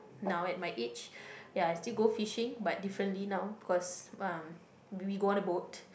now at my age ya I still go fishing but differently now because uh we go on a boat